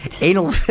anal